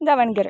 Davanagere